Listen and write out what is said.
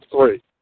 three